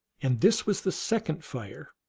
and this was the second fire,